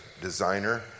designer